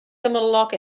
gymylog